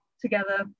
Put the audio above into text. together